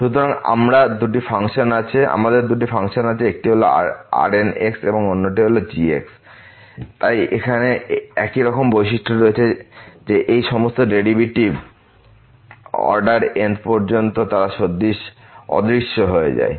সুতরাং আমাদের দুটি ফাংশন আছে একটি হল Rn এবং অন্যটি হল g তাদের এখানে একই রকম বৈশিষ্ট্য রয়েছে যে এই সমস্ত ডেরিভেটিভ অর্ডার n পর্যন্ত তারা অদৃশ্য হয়ে যায়